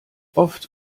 oft